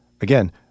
Again